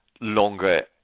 longer